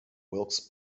wilkes